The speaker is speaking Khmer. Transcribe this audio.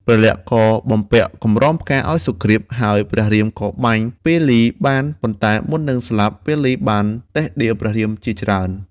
ព្រះលក្សណ៍ ក៏បំពាក់កម្រងផ្កាឱ្យសុគ្រីព ហើយព្រះរាមក៏បាញ់ពាលីបាន ប៉ុន្តែមុននឹងស្លាប់ពាលីបានតិះដៀលព្រះរាមជាច្រើន។